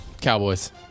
Cowboys